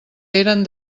eren